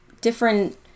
different